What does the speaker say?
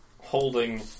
holding